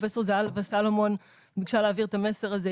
פרופ' זהבה סולומון ביקשה להעביר את המסר הזה,